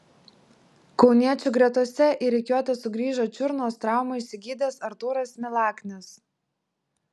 kauniečių gretose į rikiuotę sugrįžo čiurnos traumą išsigydęs artūras milaknis